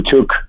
took